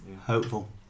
Hopeful